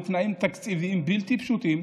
בתנאים תקציביים בלתי פשוטים.